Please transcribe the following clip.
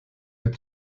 den